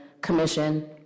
commission